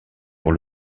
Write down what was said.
pour